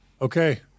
Okay